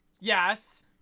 Yes